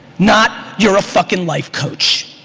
not you're a fuckin' life coach.